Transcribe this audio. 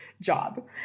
job